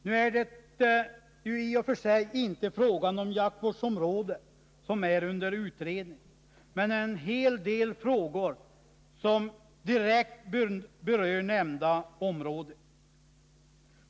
Nu är det ju i och för sig inte fråga om jaktvårdsområden som är under utredning, men en hel del frågor som direkt berör nämnda område.